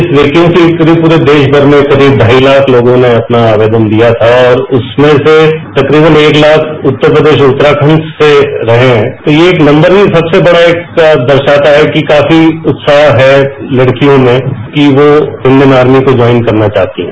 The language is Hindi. इस वेकेन्सी में पूरे देशभर में करीब ढाई लाख लोगों ने अपना आवेदन दिया था और उनमें से तकरीबन एक लाख उत्तर प्रदेश उत्तराखण्ड से रहे हैं तो यह एक नम्बर ही सबसे बड़ा दर्शाता है कि काफी उत्साह है लड़कियों में कि वह इण्डियन आर्मी ज्वाइन करना चाहती हैं